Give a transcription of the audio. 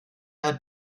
hat